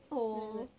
then I was like